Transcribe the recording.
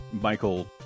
Michael